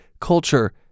culture